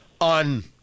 on